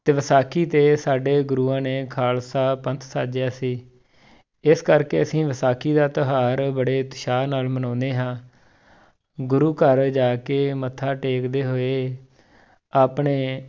ਅਤੇ ਵਿਸਾਖੀ 'ਤੇ ਸਾਡੇ ਗੁਰੂਆਂ ਨੇ ਖਾਲਸਾ ਪੰਥ ਸਾਜਿਆ ਸੀ ਇਸ ਕਰਕੇ ਅਸੀਂ ਵਿਸਾਖੀ ਦਾ ਤਿਉਹਾਰ ਬੜੇ ਉਤਸ਼ਾਹ ਨਾਲ ਮਨਾਉਂਦੇ ਹਾਂ ਗੁਰੂ ਘਰ ਜਾ ਕੇ ਮੱਥਾ ਟੇਕਦੇ ਹੋਏ ਆਪਣੇ